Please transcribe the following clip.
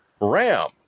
RAM